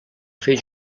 fer